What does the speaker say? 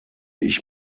ich